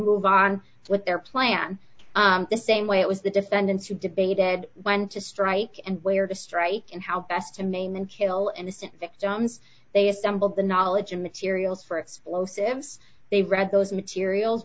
move on with their plan the same way it was the defendants who debated when to strike and where to strike and how best to maim and kill innocent victims they assembled the knowledge and materials for explosives they read those materials